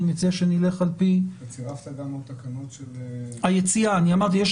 אני מציע שנלך על פי --- אתה צירפת גם עוד תקנות של הכותל המערבי.